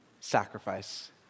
sacrifice